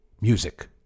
music